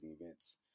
events